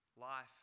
life